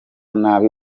nabi